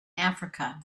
africa